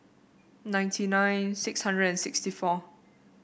ninety nine six hundred and sixty four